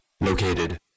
located